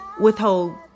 withhold